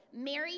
Mary